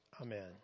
Amen